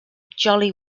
jolly